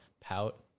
pout